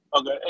Okay